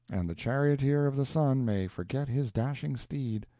and the charioteer of the sun may forget his dashing steed,